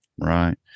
Right